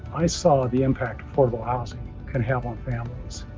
i saw the impact affordable housing can have on families.